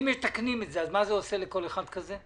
אם מתקנים, מה זה עושה לכל אחד כזה?